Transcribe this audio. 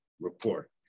Report